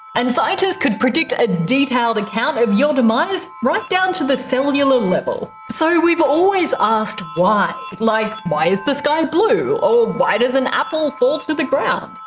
and scientists could predict a detailed account of your demise right down to the cellular level. we've always asked why like, why is the sky blue? or why does an apple fall to the the ground?